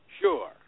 Sure